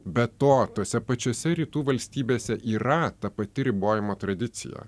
be to tose pačiose rytų valstybėse yra ta pati ribojimo tradicija